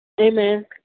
Amen